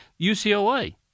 UCLA